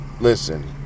listen